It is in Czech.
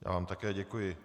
Já vám také děkuji.